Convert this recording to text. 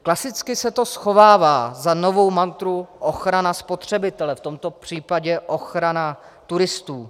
Klasicky se to schovává za novou mantru ochrana spotřebitele, v tomto případě ochrana turistů.